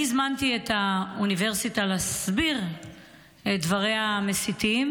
אני הזמנתי את האוניברסיטה להסביר את דבריה המסיתים,